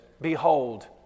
behold